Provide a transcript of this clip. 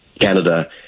Canada